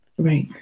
Right